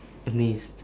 amazed